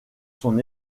son